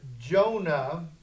Jonah